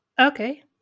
Okay